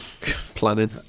Planning